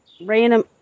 random